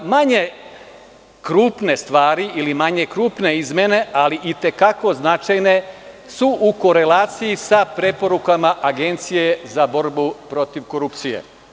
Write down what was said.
Manje krupne stvari ili manje izmene ali i te kako značajne su u korelaciji sa preporukama Agencije za borbu protiv korupcije.